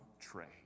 trade